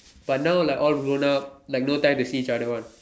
but now like all grown up like no time to see each other one